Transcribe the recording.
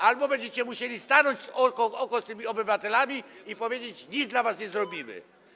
Ale będziecie musieli stanąć oko w oko z tymi obywatelami i powiedzieć: nic dla was nie zrobimy.